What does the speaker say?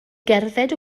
gerdded